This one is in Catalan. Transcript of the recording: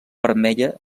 vermella